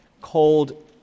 cold